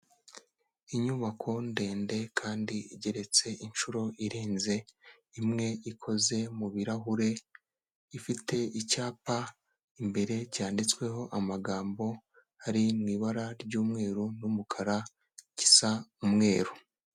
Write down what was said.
Inyubako ndende kandi igeretse inshuro irenze imwe, ikoze mu birahure, ifite icyapa imbere cyanditsweho amagambo ari mu ibara ry'umweru n'umukara gisa umweru.